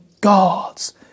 God's